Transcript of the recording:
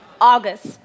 August